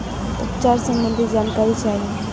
उपचार सबंधी जानकारी चाही?